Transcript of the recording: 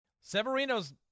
Severino's